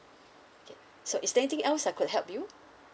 okay so is there anything else I could help you